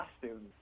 costumes